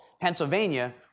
Pennsylvania